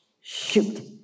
Shoot